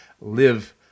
live